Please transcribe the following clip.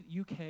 UK